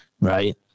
right